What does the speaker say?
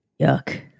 Yuck